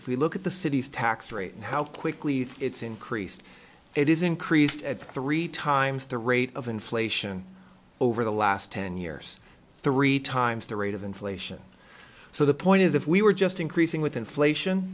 if we look at the city's tax rate and how quickly things increased it is increased at three times the rate of inflation over the last ten years three times the rate of inflation so the point is if we were just increasing with inflation